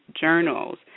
journals